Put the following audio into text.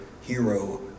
hero